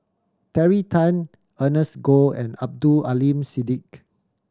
Terry Tan Ernest Goh and Abdul Aleem Siddique